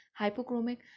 hypochromic